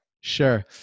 Sure